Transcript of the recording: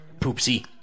poopsie